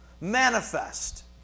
manifest